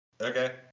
Okay